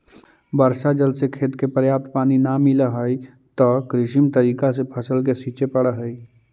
वर्षा जल से खेत के पर्याप्त पानी न मिलऽ हइ, त कृत्रिम तरीका से फसल के सींचे पड़ऽ हइ